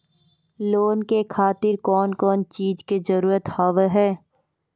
Loan के खातिर कौन कौन चीज के जरूरत हाव है?